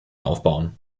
aufbauen